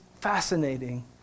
fascinating